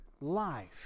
life